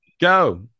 Go